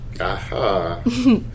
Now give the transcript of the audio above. Aha